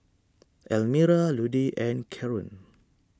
Elmira Ludie and Caron